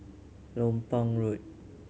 Lompang Road